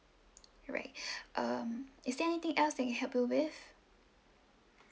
alright um is there anything else that I can help you with